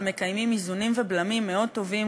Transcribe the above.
מקיימים איזונים ובלמים מאוד טובים,